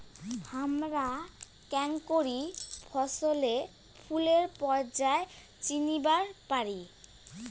হামরা কেঙকরি ফছলে ফুলের পর্যায় চিনিবার পারি?